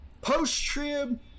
post-trib